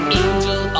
angel